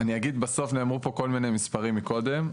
נאמרו פה כל מיני מספרים מקודם.